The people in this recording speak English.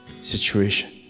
situation